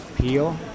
Peel